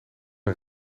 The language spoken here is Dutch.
hun